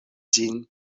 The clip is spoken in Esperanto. ĝin